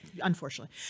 unfortunately